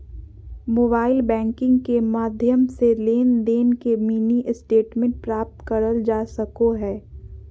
mobile banking के माध्यम से लेनदेन के मिनी स्टेटमेंट प्राप्त करल जा सको हय